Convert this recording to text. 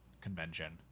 convention